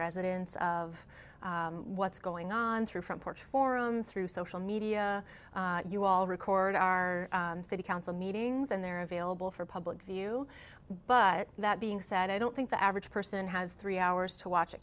residence of what's going on through front porch forum through social media you all record our city council meetings and they're available for public view but that being said i don't think the average person has three hours to watch a